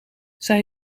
zij